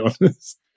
honest